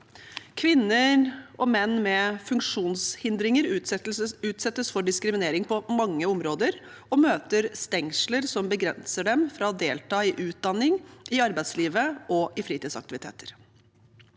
Kvinner og menn med funksjonshindringer utsettes for diskriminering på mange områder og møter stengsler som begrenser dem fra å delta i utdanning, i arbeidslivet og i fritidsaktiviteter.